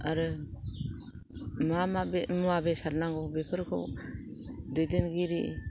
आरो मा मा बे मा मा मुवा बेसाद नांगौ बेफोरखौ दैदेनगिरि